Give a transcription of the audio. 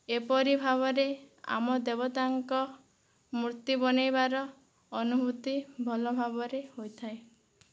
ଏପରି ଭାବରେ ଆମ ଦେବତାଙ୍କ ମୂର୍ତ୍ତି ବନାଇବାର ଅନୁଭୁତି ଭଲ ଭାବରେ ହୋଇଥାଏ